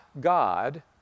God